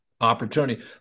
opportunity